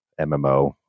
mmo